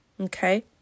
okay